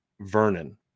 Vernon